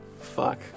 Fuck